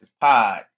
Pod